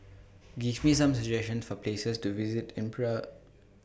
Give Me Some suggestions For Places to visit in Praia